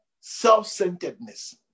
self-centeredness